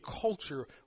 culture